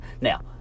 Now